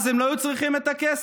אז הם לא היו צריכים את הכסף?